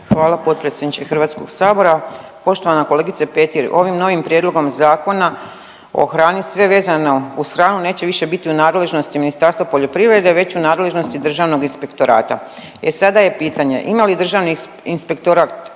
Hvala potpredsjedniče HS-a, poštovana kolegice Petir. Ovim novim Prijedlogom Zakona o hrani sve vezano uz hranu neće više biti u nadležnosti Ministarstva poljoprivrede već u nadležnosti Državnog inspektorata. E sada je pitanje ima li Državni inspektorat